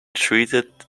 treated